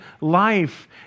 life